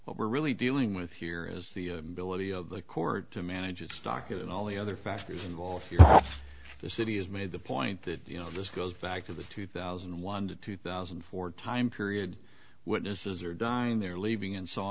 we're really dealing with here is the ability of the court to manage its docket and all the other factors involved here the city has made the point that you know this goes back to the two thousand and one to two thousand and four time period witnesses are dying they're leaving and s